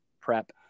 prep